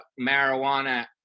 marijuana